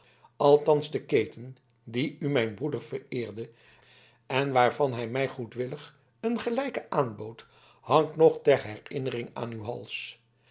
althans de keten die u mijn broeder vereerde en waarvan hij mij goedwillig een gelijke aanbood hangt nog ter herinnering aan uw hals